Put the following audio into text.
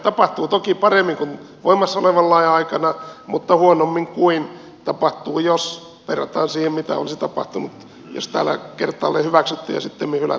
tapahtuu toki paremmin kuin voimassa olevan lain aikana mutta huonommin jos verrataan siihen mitä olisi tapahtunut jos täällä kertaalleen hyväksytty ja sittemmin hylätty laki olisi tullut voimaan